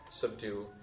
subdue